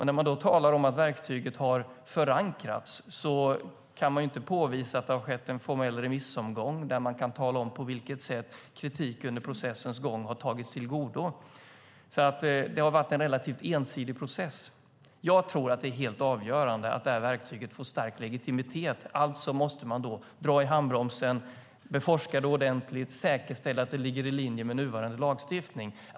När man då talar om att verktyget har förankrats kan man inte påvisa att det har skett en formell remissomgång där man kan tala om på vilket sätt kritik under processens gång har tagits till vara. Det har varit en relativt ensidig process. Jag tror att det är helt avgörande att detta verktyg får stark legitimitet. Alltså måste man dra i handbromsen, beforska det ordentligt och säkerställa att det ligger i linje med nuvarande lagstiftning.